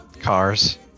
Cars